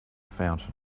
fountain